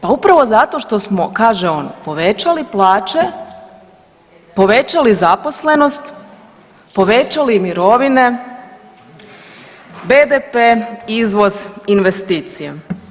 Pa upravo zato što smo kaže on povećali plaće, povećali zaposlenost, povećali mirovine, BDP, izvoz, investicije.